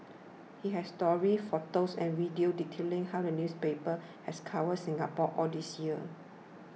it has stories photos and videos detailing how the newspaper has covered Singapore all these years